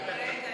הקראת.